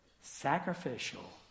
sacrificial